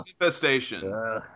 infestation